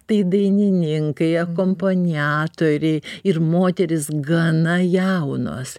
tai dainininkai akompaniatoriai ir moterys gana jaunos